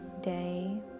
day